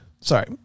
Sorry